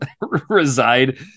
reside